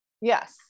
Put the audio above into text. yes